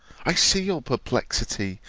i see your perplexity!